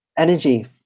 energy